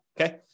okay